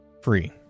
Free